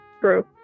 True